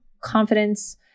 confidence